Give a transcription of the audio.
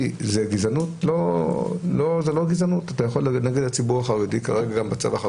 בחירות, אבל בעיצומים, בהטלת עיצומים.